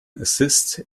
assist